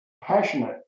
Passionate